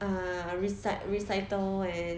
ah recite recital and